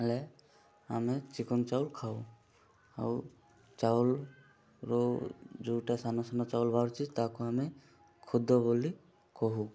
ହେଲେ ଆମେ ଚିକ୍କଣ ଚାଉଳ ଖାଉ ଆଉ ଚାଉଳର ଯେଉଁଟା ସାନ ସାନ ଚାଉଳ ବାହାରୁଛି ତାକୁ ଆମେ ଖୁଦ ବୋଲି କହୁ